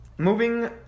Moving